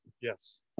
Yes